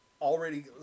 already